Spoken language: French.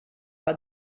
pas